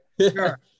Sure